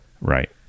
Right